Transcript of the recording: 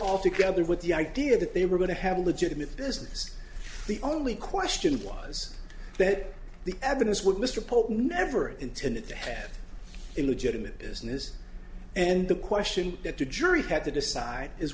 all together with the idea that they were going to have a legitimate business the only question was that the evidence what mr pope never intended to have illegitimate business and the question that the jury had to decide is